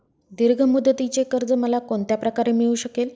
दीर्घ मुदतीचे कर्ज मला कोणत्या प्रकारे मिळू शकेल?